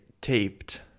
taped